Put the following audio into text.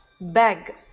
bag